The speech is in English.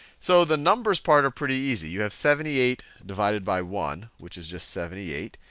so the numbers part are pretty easy. you have seventy eight divided by one, which is just seventy eight.